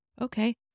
Okay